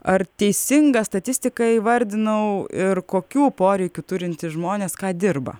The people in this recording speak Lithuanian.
ar teisingą statistiką įvardinau ir kokių poreikių turintys žmonės ką dirba